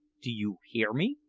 do you hear me?